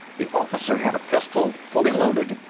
the officer had a pistol, fully loaded.